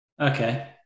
okay